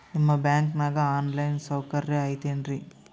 ನಿಮ್ಮ ಬ್ಯಾಂಕನಾಗ online ಸೌಕರ್ಯ ಐತೇನ್ರಿ?